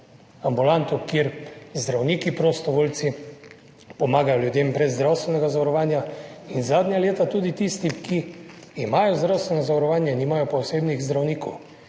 ambulanto, kjer zdravniki prostovoljci pomagajo ljudem brez zdravstvenega zavarovanja in zadnja leta tudi tistim, ki imajo zdravstveno zavarovanje, nimajo pa osebnih zdravnikov.